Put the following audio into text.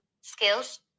skills